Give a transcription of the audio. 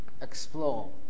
explore